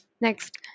Next